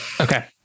Okay